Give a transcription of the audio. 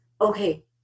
okay